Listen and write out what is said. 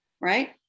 right